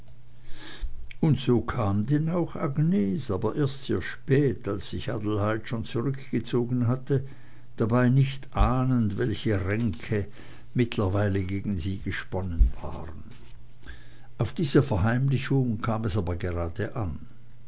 und so kam denn auch agnes aber erst sehr spät als sich adelheid schon zurückgezogen hatte dabei nicht ahnend welche ränke mittlerweile gegen sie gesponnen waren auf diese verheimlichung kam es aber gerade an